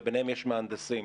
וביניהם יש מהנדסים,